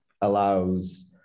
allows